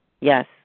Yes